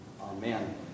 Amen